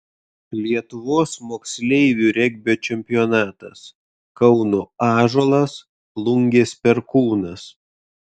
lietuvos moksleivių regbio čempionatas kauno ąžuolas plungės perkūnas